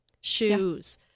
shoes